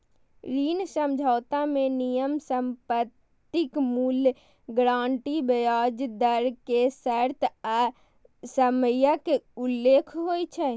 ऋण समझौता मे नियम, संपत्तिक मूल्य, गारंटी, ब्याज दर के शर्त आ समयक उल्लेख होइ छै